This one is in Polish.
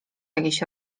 jakieś